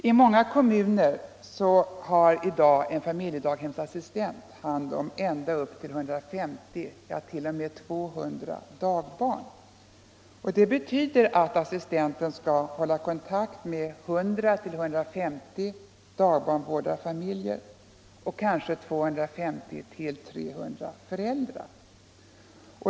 I många kommuner har i dag en familjedaghemsassistent hand om ända upp till 150 å 200 dagbarn. Detta betyder att assistenten skall hålla kontakt med 100-150 dagbarnvårdarfamiljer och kanske 250-300 föräldrar.